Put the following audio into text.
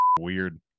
Weird